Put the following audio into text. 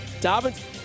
Dobbins